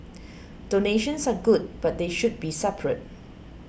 donations are good but they should be separate